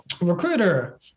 recruiter